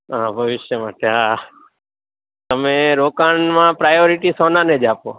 હા ભવિષ્ય માટે હા કયા તમે રોકાણમાં પ્રાયોરિટી સોના ને જ આપો